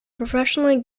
professionally